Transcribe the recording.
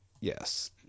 Yes